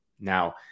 Now